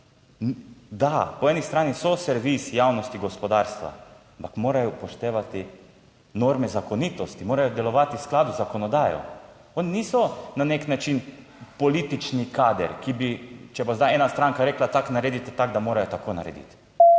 da po eni strani so servis javnosti, gospodarstva, ampak morajo upoštevati norme, zakonitosti, morajo delovati v skladu z zakonodajo. Oni niso na nek način politični kader, ki bi, če bo zdaj ena stranka rekla, tako naredite, tako da morajo tako narediti.